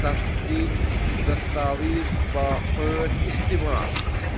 تصدیٖق دستاویٖز با پٲٹھۍ اِستعمال